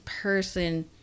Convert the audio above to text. person